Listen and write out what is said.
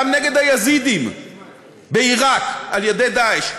גם נגד היזידים בעיראק על-ידי "דאעש".